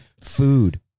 food